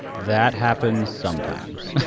that happens sometimes no